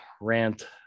rant